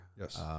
Yes